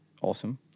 Awesome